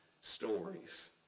stories